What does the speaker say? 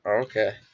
Okay